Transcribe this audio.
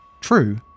true